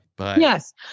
Yes